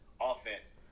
offense